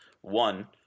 One